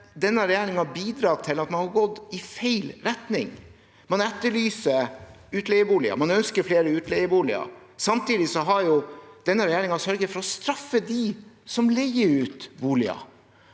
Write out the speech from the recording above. denne regjeringen til og med bidratt til at man har gått i feil retning. Man etterlyser utleieboliger. Man ønsker flere utleieboliger, og samtidig har denne regjeringen sørget for å straffe dem som leier ut boliger.